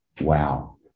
wow